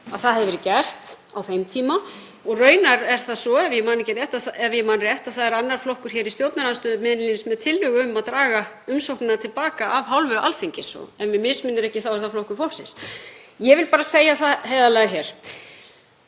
að það hefði verið gert á þeim tíma og raunar er það svo, ef ég man rétt, að það er annar flokkur í stjórnarandstöðu beinlínis með tillögu um að draga umsóknina til baka af hálfu Alþingis og ef mig misminnir ekki er það Flokkur fólksins. Ég vil bara segja það heiðarlega hér